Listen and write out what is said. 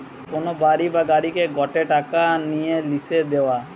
কোন বাড়ি বা গাড়িকে গটে টাকা নিয়ে লিসে দেওয়া